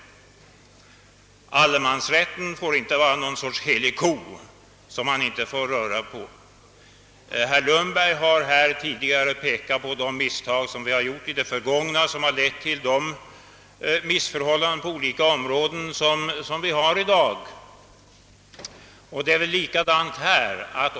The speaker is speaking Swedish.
Allemansrätten får inte vara någon sorts helig ko, som man inte får röra på. Herr Lundberg har här tidigare pekat på de misstag, som vi gjort i det förgångna och som lett till de missförhållanden på olika områden som vi har i dag. Det är väl likadant här.